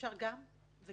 שאפשר גם וגם.